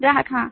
ग्राहक हाँ